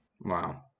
Wow